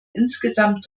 insgesamt